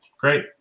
great